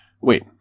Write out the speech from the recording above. Wait